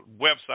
website